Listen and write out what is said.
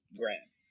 grant